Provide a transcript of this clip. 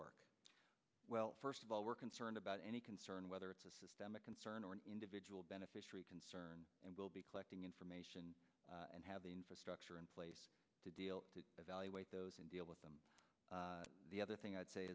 work well first of all we're concerned about any concern whether it's a systemic concern or an individual beneficiary concern and we'll be collecting information and have infrastructure in place to deal to evaluate those and deal with them the other thing i'd say